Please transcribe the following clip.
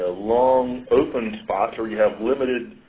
ah long open spots, or you have limited